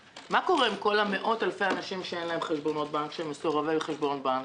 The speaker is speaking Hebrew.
עם כל מאות אלפי אנשים שאין להם חשבונות בנק ושהם מסורבי חשבונות בנק?